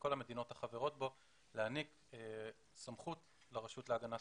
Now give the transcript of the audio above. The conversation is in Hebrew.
לכל המדינות החברות בו להעניק סמכות לרשות להגנת